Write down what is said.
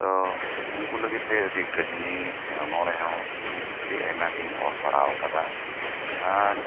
ᱛᱳ ᱩᱱᱠᱩ ᱞᱟᱹᱜᱤᱫ ᱛᱮ ᱟᱹᱰᱤ ᱠᱟᱹᱦᱟᱱᱤ ᱥᱮ ᱚᱱᱚᱲᱦᱮᱸ ᱦᱚᱸ ᱟᱹᱰᱤ ᱟᱭᱢᱟ ᱜᱮᱧ ᱚᱞ ᱵᱟᱲᱟ ᱟᱠᱟᱫᱟ ᱟᱨ